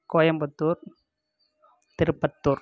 Coimbatore Tirupattur